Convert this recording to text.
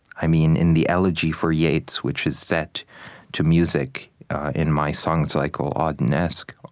i mean in the elegy for yeats, which is set to music in my song cycle, audenesque,